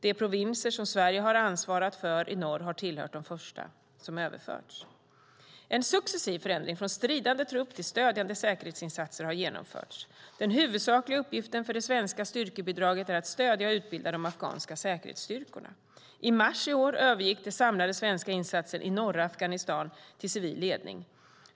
De provinser som Sverige har ansvarat för i norr har tillhört de första som överförts. En successiv förändring från stridande trupp till stödjande säkerhetsinsatser har genomförts. Den huvudsakliga uppgiften för det svenska styrkebidraget är att stödja och utbilda de afghanska säkerhetsstyrkorna. I mars i år övergick den samlade svenska insatsen i norra Afghanistan till civil ledning.